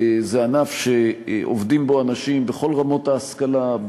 זה ענף שעובדים בו אנשים בכל רמות ההשכלה,